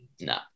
No